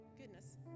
goodness